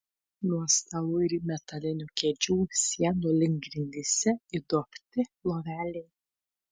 nuo stalų ir metalinių kėdžių sienų link grindyse įduobti loveliai